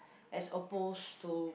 as opposed to